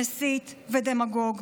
מסית ודמגוג.